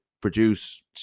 produce